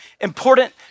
important